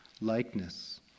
likeness